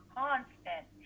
constant